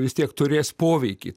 vis tiek turės poveikį